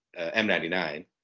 M99